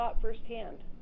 firsthand